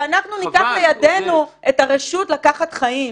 שאנחנו ניקח לידנו את הרשות לקחת חיים.